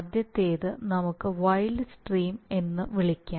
ആദ്യത്തേത് നമുക്ക് wild stream ഓർമ്മിക്കാം